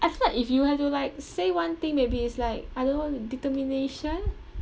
I feel like if you have to like say one thing maybe is like I don't know determination